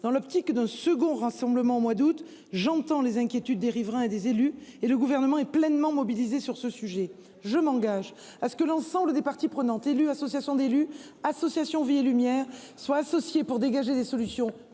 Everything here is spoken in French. perspective d'un second rassemblement au mois d'août. J'entends les inquiétudes des riverains et des élus. Je le répète, le Gouvernement est pleinement mobilisé sur ce sujet. Je m'engage à ce que l'ensemble des parties prenantes- élus, associations d'élus, association Vie et Lumière -soient associées pour dégager des solutions